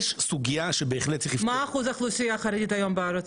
יש סוגיה שבהחלט צריך לפתור --- מה אחוז האוכלוסייה החרדית היום בארץ?